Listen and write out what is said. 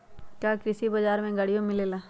का कृषि बजार में गड़ियो मिलेला?